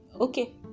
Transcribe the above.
okay